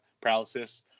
paralysis